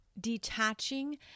detaching